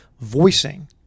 voicing